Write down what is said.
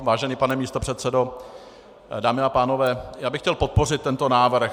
Vážený pane místopředsedo, dámy a pánové, chtěl bych podpořit tento návrh.